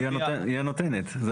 היא הנותנת.